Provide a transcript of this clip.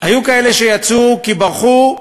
היו כאלה שיצאו כי ברחו,